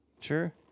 Sure